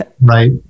Right